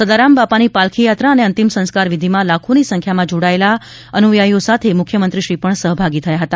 સદારામ બાપાની પાલખીયાત્રા અને અંતિમ સંસ્કાર વિધિમાં લાખોની સંખ્યામાં જોડાયેલા અનુયાયીઓ સાથે મુખ્યમંત્રીશ્રી પણ સહભાગી થયા હતા